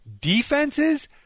Defenses